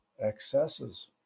excesses